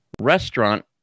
Restaurant